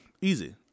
Easy